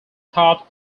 thought